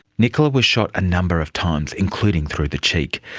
nicola was shot a number of times, including through the cheek.